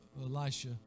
Elisha